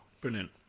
Brilliant